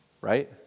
right